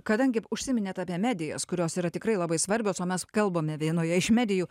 kadangi užsiminėt apie medijas kurios yra tikrai labai svarbios o mes kalbame vienoje iš medijų